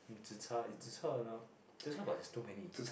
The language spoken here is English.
mm zi-char is zi-char you know just now got there's too many